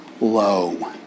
low